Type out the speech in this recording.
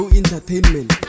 entertainment